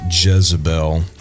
Jezebel